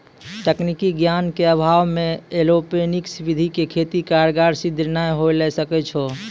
तकनीकी ज्ञान के अभाव मॅ एरोपोनिक्स विधि के खेती कारगर सिद्ध नाय होय ल सकै छो